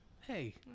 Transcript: Hey